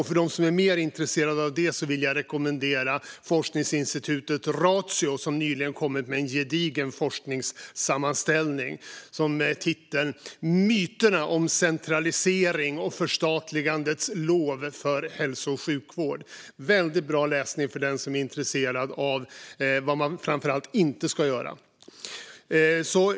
För den som är mer intresserad av detta vill jag rekommendera forskningsinstitutet Ratio, som nyligen kommit med en gedigen forskningssammanställning som behandlar myten om centralisering och förstatligandets lov för hälso och sjukvård. Det är väldigt bra läsning framför allt för den som är intresserad av vad man inte ska göra.